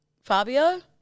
Fabio